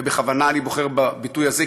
ובכוונה אני בוחר בביטוי הזה,